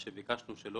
שביקשנו לא